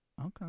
Okay